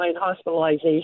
hospitalization